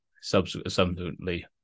subsequently